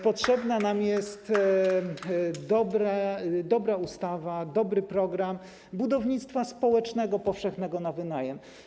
Potrzebna nam jest dobra ustawa, dobry program budownictwa społecznego powszechnego na wynajem.